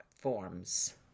forms